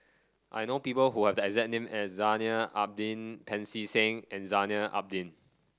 I know people who have the exact name as Zainal Abidin Pancy Seng and Zainal Abidin